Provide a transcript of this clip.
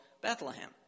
Bethlehem